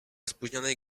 spóźnionej